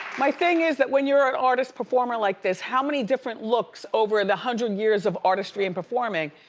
my thing is that when you're an artist performer like this, how many different looks over the hundred years of artistry and performing,